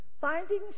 Finding